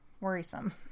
worrisome